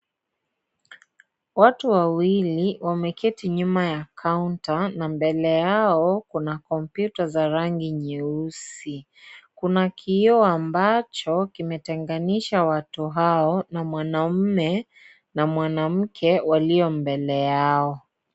Watu wawili, wameketi nyuma ya kaunta na mbele yao kuna kompyuta za rangi nyeusi. Kuna kio ambacho kimetenganisha watu hao, na mwanamme na mwanamke walio mbele yao.